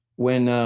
when